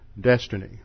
destiny